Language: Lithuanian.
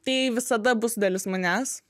tai visada bus dalis manęs